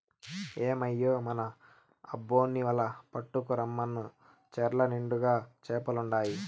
ఏమయ్యో మన అబ్బోన్ని వల పట్టుకు రమ్మను చెర్ల నిండుగా చేపలుండాయి